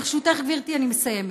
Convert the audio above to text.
ברשותך, גברתי, אני מסיימת,